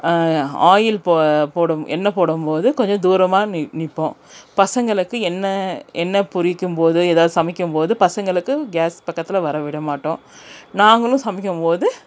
oil போ போடும் எண்ணெய் போடும் போது கொஞ்சம் தூரமாக நி நிற்போம் பசங்களுக்கு எண்ணெய் எண்ணெய் பொறிக்கும்போது ஏதாவது சமைக்கும்போது பசங்களுக்கு கேஸ் பக்கத்தில் வர விடமாட்டோம் நாங்களும் சமைக்கும்போது